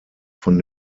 von